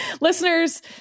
Listeners